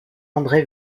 andré